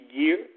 year